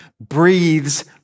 breathes